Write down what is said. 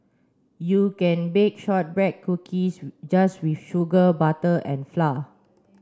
you can bake shortbread cookies just with sugar butter and flour